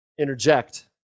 interject